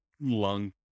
lung